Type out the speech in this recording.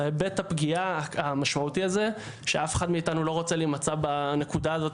והיבט הפגיעה המשמעותי הזה שאף אחד מאיתנו לא רוצה להימצא בנקודה הזאת